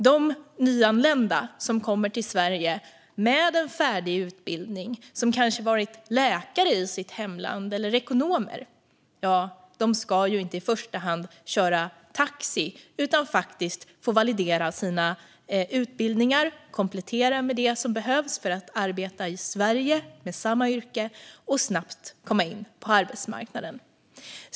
De nyanlända som kommer till Sverige med en färdig utbildning - de har kanske varit läkare eller ekonomer i sitt hemland - ska inte i första hand köra taxi utan faktiskt få validera sina utbildningar, komplettera med det som behövs för att arbeta i Sverige med samma yrke och snabbt komma in på arbetsmarknaden.